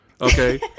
okay